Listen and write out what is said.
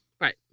Right